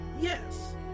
Yes